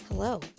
Hello